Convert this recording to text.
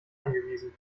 angewiesen